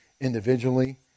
individually